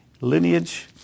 lineage